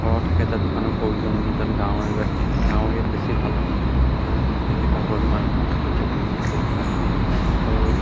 ঘৰত থাকে তাত দোকানৰ প্ৰয়োজন মানে তাত গাঁৱৰ এৰিয়াত গাঁৱৰ এৰিয়াত বেছি ভাল হয় দোকান এখন খুলিলে কাপোৰৰ দোকান এখন খুলিলে ধুনীয়া চেল হয় আৰু